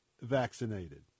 vaccinated